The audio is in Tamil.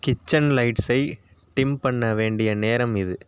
கிச்சன் லைட்ஸை டிம் பண்ண வேண்டிய நேரம் இது